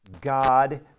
God